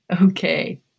Okay